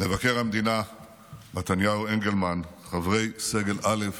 מבקר המדינה מתניהו אנגלמן, חברי סגל א',